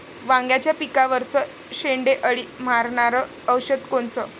वांग्याच्या पिकावरचं शेंडे अळी मारनारं औषध कोनचं?